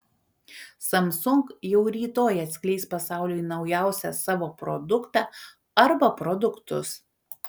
samsung jau rytoj atskleis pasauliui naujausią savo produktą arba produktus